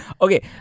Okay